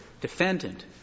defendant